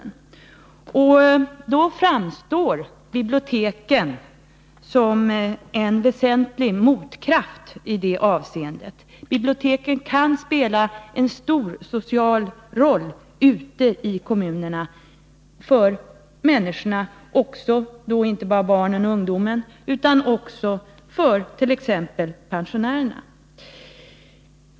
Biblioteken framstår som en väsentlig motkraft i det avseendet. Biblioteken kan spela en stor social roll för människorna ute i kommunerna och då inte bara för barnen och ungdomarna utan också för t.ex. pensionärerna.